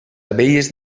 abelles